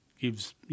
gives